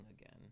again